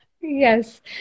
yes